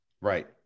right